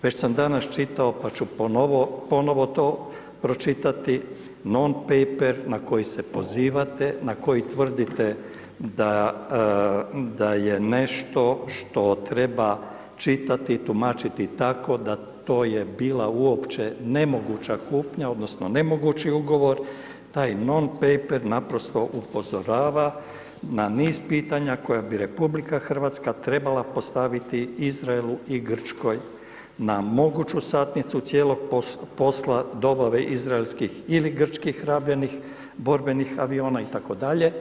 Već sam danas čitao pa ću ponovno to pročitati non paper na koji se pozivate, na koji tvrdite da je nešto što treba čitati, tumačiti tako, da to je bila uopće nemoguća kupnja, onda, nemogući ugovor, taj non paper, naprosto upozorava na niz pitanja koja bi RH trebala postaviti Izraelu i Grčkoj na moguću satnicu cijelog posla dobave izraelskih ili grčkih rabljenih borbenih aviona itd.